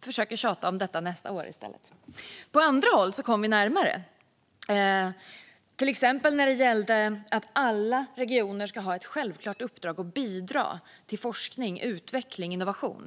försöker tjata om detta nästa år i stället. På andra håll kom vi närmare, till exempel i frågan om att alla regioner ska ha ett självklart uppdrag att bidra till forskning, utveckling och innovation.